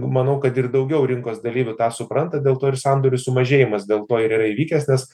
manau kad ir daugiau rinkos dalyvių tą supranta dėl to ir sandorių sumažėjimas dėl to ir yra įvykęs nes